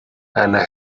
anna